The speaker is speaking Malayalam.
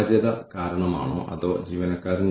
ഈ കാര്യങ്ങളുടെ കാര്യത്തിൽ സംഘടന എവിടെയാണ് നിൽക്കുന്നത്